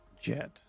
Jet